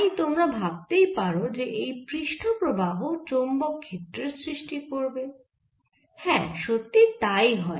তাই তোমরা ভাবতেই পারো যে এই পৃষ্ঠ প্রবাহ চৌম্বক ক্ষেত্রের সৃষ্টি করবে হ্যাঁ সত্যি তাই হয়